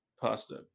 pasta